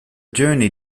journey